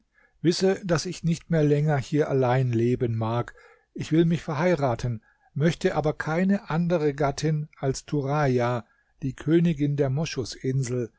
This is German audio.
wisse daß ich nicht mehr länger hier allein leben mag ich will mich verheiraten möchte aber keine andere gattin als turaja die königin der